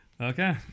Okay